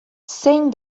zein